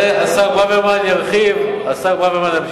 זה, השר ברוורמן ירחיב אחרי.